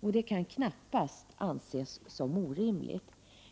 och det kan knappast anses som orimligt.